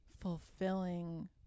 fulfilling